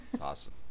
awesome